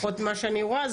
בעקבות מה שאני רואה,